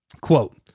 Quote